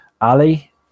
Ali